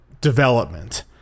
development